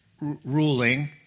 ruling